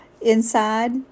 inside